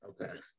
Okay